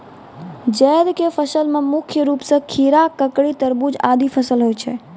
जैद क फसल मे मुख्य रूप सें खीरा, ककड़ी, तरबूज आदि फसल होय छै